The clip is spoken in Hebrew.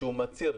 כשהוא מצהיר,